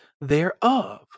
thereof